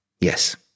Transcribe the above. Yes